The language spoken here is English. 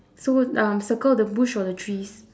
so um circle the bush or the trees